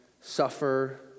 suffer